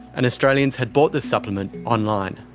and australians had bought this supplement online.